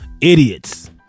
Idiots